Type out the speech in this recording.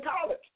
college